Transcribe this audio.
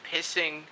pissing